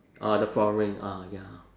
ah the flooring ah ya